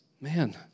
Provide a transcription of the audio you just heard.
Man